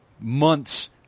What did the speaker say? months